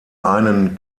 einen